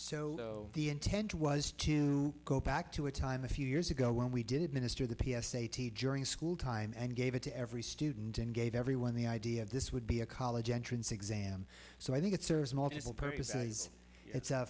so the intent was to go back to a time a few years ago when we did minister the p s a t during school time and gave it to every student and gave everyone the idea of this would be a college entrance exam so i think it serves multiple purposes it's